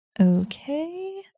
okay